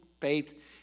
faith